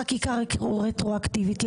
חקיקה רטרואקטיבית.